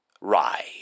Rye